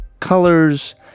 colors